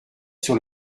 sur